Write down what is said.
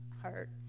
heart